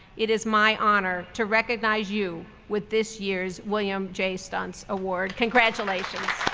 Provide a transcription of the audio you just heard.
it is my honor to recognize you with this year's william j. stuntz award. congratulations.